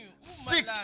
sick